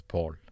Paul